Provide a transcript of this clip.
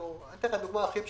אתן את הדוגמה הכי פשוטה: